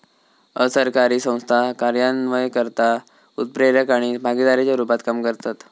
असरकारी संस्था कार्यान्वयनकर्ता, उत्प्रेरक आणि भागीदाराच्या रुपात काम करतत